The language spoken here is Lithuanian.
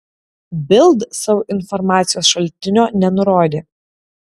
bild savo informacijos šaltinio nenurodė